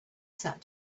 sat